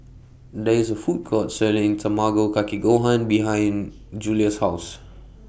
There IS A Food Court Selling Tamago Kake Gohan behind Julia's House